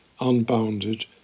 unbounded